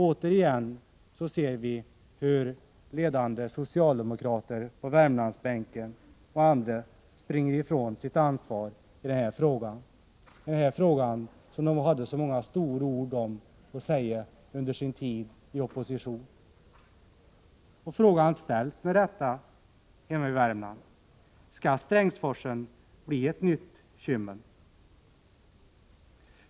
Återigen ser vi hur ledande socialdemokrater på Värmlandsbänken och andra springer ifrån sitt ansvar i denna fråga, om vilken de hade så många stora ord att säga under sin tid i opposition. Den fråga som med rätta ställs hemma i Värmland är: Skall Strängsforsen bli ett nytt Kymmen?